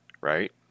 right